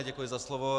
Děkuji za slovo.